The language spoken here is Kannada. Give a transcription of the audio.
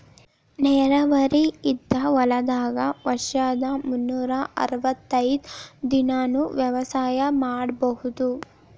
ನೇರಾವರಿ ಇದ್ದ ಹೊಲದಾಗ ವರ್ಷದ ಮುನ್ನೂರಾ ಅರ್ವತೈದ್ ದಿನಾನೂ ವ್ಯವಸಾಯ ಮಾಡ್ಬಹುದು